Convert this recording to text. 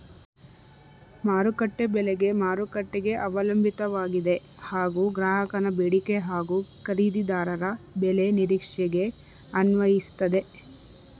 ಮಾರುಕಟ್ಟೆ ಬೆಲೆ ಮಾರುಕಟ್ಟೆಗೆ ಅವಲಂಬಿತವಾಗಿದೆ ಹಾಗೂ ಗ್ರಾಹಕನ ಬೇಡಿಕೆ ಹಾಗೂ ಖರೀದಿದಾರರ ಬೆಲೆ ನಿರೀಕ್ಷೆಗೆ ಅನ್ವಯಿಸ್ತದೆ